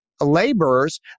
laborers